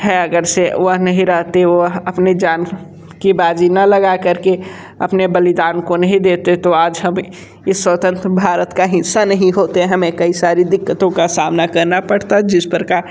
है अगर से वह नहीं रहते वह अपनी जान कि बाजी न लगा करके अपने बलिदान को नहीं देते तो आज हम इस स्वतंत्र भारत का हिस्सा नहीं होते हमें कई सारी दिक्कतों का सामना करना पड़ता जिस प्रकार